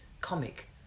comic